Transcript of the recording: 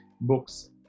books